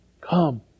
come